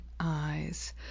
Eyes